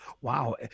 Wow